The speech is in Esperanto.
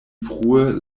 frue